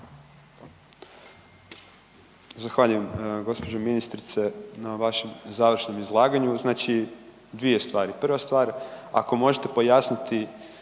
Zahvaljujem gospođo ministrice na vašem završnom izlaganju. Znači dvije stvari, prva stvar ako možete pojasniti